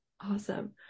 Awesome